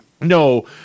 No